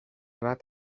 bat